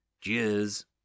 Cheers